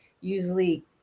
usually